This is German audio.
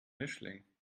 mischling